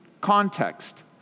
Context